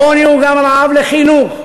עוני הוא גם רעב לחינוך,